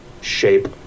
shape